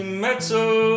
metal